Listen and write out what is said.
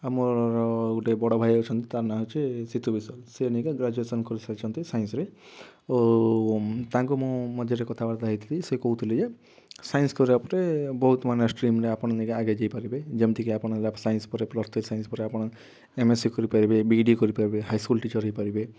ଆଉ ମୋର ଗୋଟେ ବଡ଼ ଭାଇ ଅଛନ୍ତି ତା' ନାଁ ହେଉଛି ସିତୁ ବିଶ୍ୱାଳ ସେ ଏଇନେ ଗ୍ରାଜୁଏସନ୍ କରୁଥାଇଛନ୍ତି ସାଇନ୍ସରେ ଓ ତାଙ୍କୁ ମୁଁ ମଝିରେ କଥାବାର୍ତ୍ତା ହେଇଥିଲି ସେ କହୁଥିଲେ ଯେ ସାଇନ୍ସ କରିବା ପରେ ବହୁତ ଅନ୍ୟ ଷ୍ଟ୍ରିମ୍ରେ ଆପଣ ନେଇ ଆଗେଇ ଯାଇପାରିବେ ଯେମତି କି ଆପଣ ସାଇନ୍ସ ପରେ ପ୍ଲସ୍ ଥ୍ରୀ ସାଇନ୍ସ ପରେ ଆପଣ ଏମ୍ ଏସ୍ ସି କରିପାରିବେ ବି ଇ ଡ଼ି କରିପାରିବେ ହାଇସ୍କୁଲ ଟିଚର୍ ହେଇପାରିବେ